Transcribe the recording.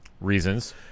reasons